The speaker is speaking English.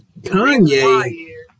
Kanye